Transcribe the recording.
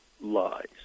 lies